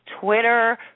Twitter